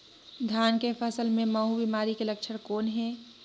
धान के फसल मे महू बिमारी के लक्षण कौन हे?